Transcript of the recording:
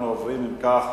אנחנו עוברים, אם כך,